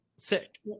sick